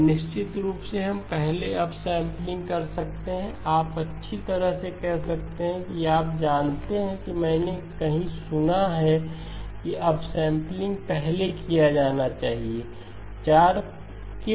और निश्चित रूप से हम पहले अप सैंपलिंग कर सकते हैं आप अच्छी तरह से कह सकते हैं कि आप जानते हैं कि मैंने कहीं सुना है कि अप सैंपलिंग पहले किया जाना चाहिए